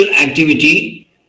activity